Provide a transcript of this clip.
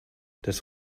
das